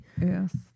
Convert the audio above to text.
Yes